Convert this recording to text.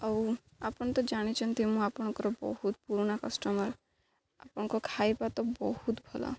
ଆଉ ଆପଣ ତ ଜାଣିଛନ୍ତି ମୁଁ ଆପଣଙ୍କର ବହୁତ ପୁରୁଣା କଷ୍ଟମର୍ ଆପଣଙ୍କ ଖାଇବା ତ ବହୁତ ଭଲ